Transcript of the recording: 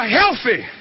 healthy